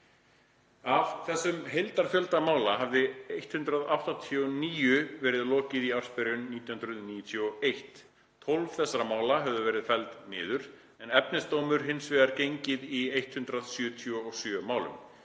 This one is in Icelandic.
Af þessum heildarfjölda mála hafði 189 verið lokið í ársbyrjun 1991. 12 þessara mála höfðu verið felld niður, en efnisdómur hins vegar gengið í 177 málum.